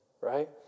right